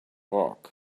rock